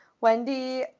Wendy